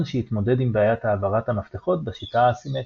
שהתמודד עם בעיית העברת המפתחות בשיטה האסימטרית.